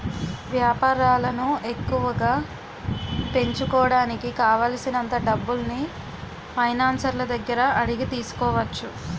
వేపారాలను ఎక్కువగా పెంచుకోడానికి కావాలిసినంత డబ్బుల్ని ఫైనాన్సర్ల దగ్గర అడిగి తీసుకోవచ్చు